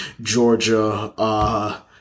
Georgia